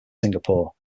singapore